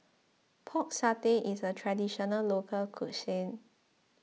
Pork Satay is a Traditional Local Cuisine